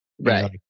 Right